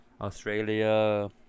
Australia